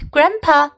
Grandpa